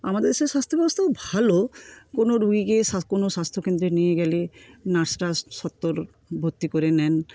আমাদের দেশের স্বাস্থ্যব্যবস্থাও ভালো কোনো রুগিকে সা কোনো স্বাস্থ্যকেন্দ্রে নিয়ে গেলে নার্সরা সত্বর ভর্তি করে নেন